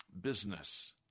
business